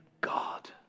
God